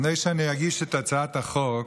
לפני שאני אציג את הצעת החוק,